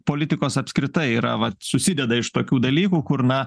politikos apskritai yra vat susideda iš tokių dalykų kur na